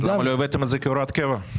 אבל הבאתם את זה כהוראת קבע.